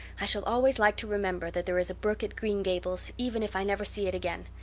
i shall always like to remember that there is a brook at green gables even if i never see it again.